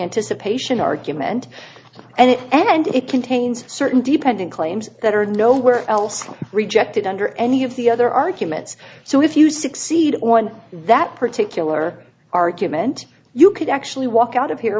anticipation argument and it and it contains certain depending claims that are nowhere else rejected under any of the other arguments so if you succeed on that particular argument you could actually walk out of here